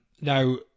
Now